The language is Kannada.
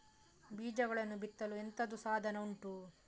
ಬೀಜಗಳನ್ನು ಬಿತ್ತಲು ಎಂತದು ಸಾಧನ ಉಂಟು?